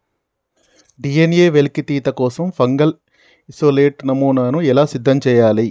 DNA వెలికితీత కోసం fungal isolate నమూనాను ఎలా సిద్ధం చెయ్యాలి?